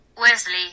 Wesley